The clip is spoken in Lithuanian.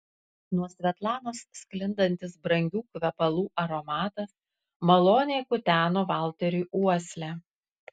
nuo svetlanos sklindantis brangių kvepalų aromatas maloniai kuteno valteriui uoslę